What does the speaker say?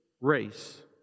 race